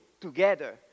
together